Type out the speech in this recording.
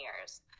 years